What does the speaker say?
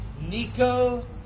Nico